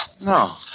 No